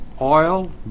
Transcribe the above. oil